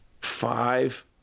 five